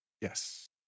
Yes